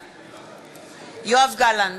בעד יואב גלנט,